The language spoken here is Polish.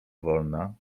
wolna